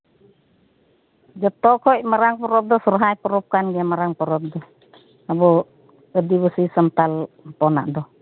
ᱡᱚᱛᱚ ᱠᱷᱚᱱ ᱢᱟᱨᱟᱝ ᱯᱚᱨᱚᱵ ᱫᱚ ᱥᱚᱦᱚᱨᱟᱭ ᱯᱚᱨᱚᱵ ᱠᱟᱱᱜᱮᱭᱟ ᱢᱟᱨᱟᱝ ᱯᱚᱨᱚᱵ ᱫᱚ ᱟᱵᱚ ᱟᱹᱫᱤᱵᱟᱹᱥᱤ ᱥᱟᱱᱛᱟᱲ ᱦᱚᱯᱚᱱᱟᱜ ᱫᱚ